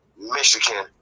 michigan